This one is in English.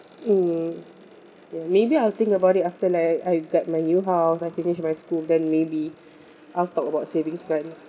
mm ya maybe I'll think about it after like I've got my new house I finish my school then maybe I'll talk about savings plan